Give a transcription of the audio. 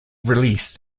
released